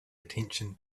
attention